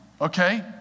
okay